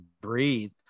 breathe